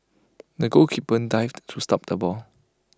the goalkeeper dived to stop the ball